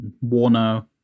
Warner